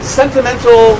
sentimental